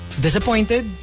disappointed